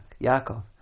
Yaakov